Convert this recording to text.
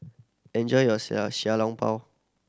enjoy your xiao Xiao Long Bao